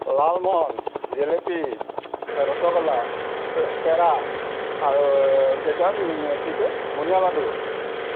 লালমহন জেলেপি ৰসগোল্লা পেৰা আৰু কি কয় কি বুন্দীয়া লাডু